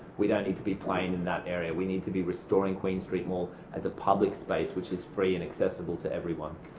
we don't need to be playing in that area. we need to be restoring queen street mall as a public space which is free and accessible to everyone.